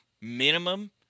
minimum